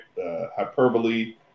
hyperbole